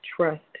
trust